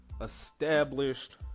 established